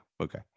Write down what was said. Okay